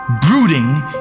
brooding